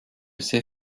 ses